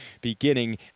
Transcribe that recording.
beginning